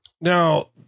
Now